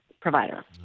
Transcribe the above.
Provider